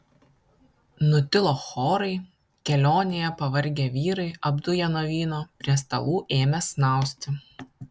nutilo chorai kelionėje pavargę vyrai apduję nuo vyno prie stalų ėmė snausti